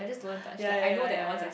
ya ya ya ya ya